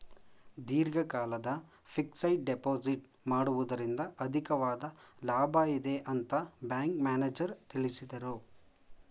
ದೀರ್ಘಕಾಲದ fixed deposit ಮಾಡುವುದರಿಂದ ಅಧಿಕವಾದ ಲಾಭ ಇದೆ ಅಂತ ಬ್ಯಾಂಕ್ ಮ್ಯಾನೇಜರ್ ತಿಳಿಸಿದರು